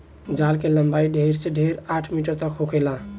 जाल के लम्बाई ढेर से ढेर आठ मीटर तक होखेला